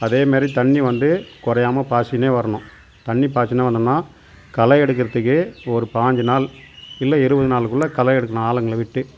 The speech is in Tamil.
அதேமாரி தண்ணி வந்து குறையாம பாய்ச்சின்னே வரணும் தண்ணி பாய்ச்சின்னே வந்தோம்ன்னா களையெடுக்கறதுக்கு ஒரு பாயிஞ்சு நாள் இல்ல இருபது நாள்குள்ளே களையெடுக்கணும் ஆளுங்களை விட்டு